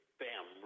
bam